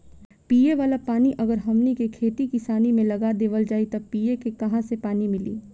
पिए वाला पानी अगर हमनी के खेती किसानी मे लगा देवल जाई त पिए के काहा से पानी मीली